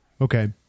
Okay